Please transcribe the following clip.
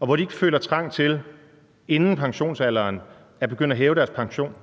og hvor de ikke føler trang til inden pensionsalderen at begynde at hæve deres pension, men